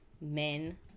men